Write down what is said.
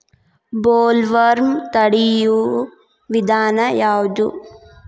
Bollworm ತಡಿಯು ವಿಧಾನ ಯಾವ್ದು?